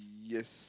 yes